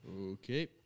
Okay